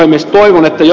arvoisa puhemies